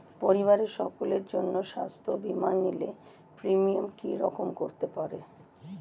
পরিবারের সকলের জন্য স্বাস্থ্য বীমা নিলে প্রিমিয়াম কি রকম করতে পারে?